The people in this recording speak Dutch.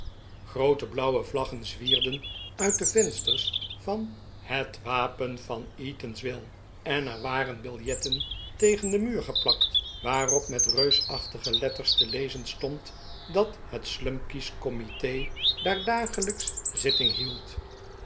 groote blauwe vlaggen zwierden uit de vensters van het wapen van eatanswill en er waren biljetten tegen den muur geplakt waarop met reusachtige letters te lezen stond dat het slumkey's comite daar dagelijks zitting hield